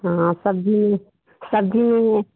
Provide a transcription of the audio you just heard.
हाँ सब्जी सब्जी